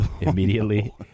immediately